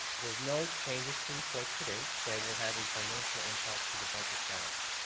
there's no changes to report today that will have a financial impact to the budget dollars.